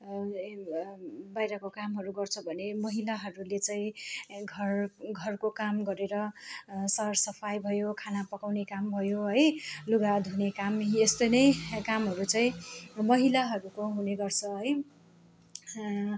बाहिरको कामहरू गर्छ भने महिलाहरूले चाहिँ घर घरको काम गरेर सरसफाइ भयो खाना पकाउने काम भयो है लुगा धुने काम यस्तो नै कामहरू चाहिँ महिलाहरूको हुनेगर्छ है